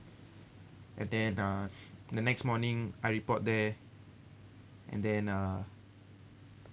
and then uh the next morning I report there and then uh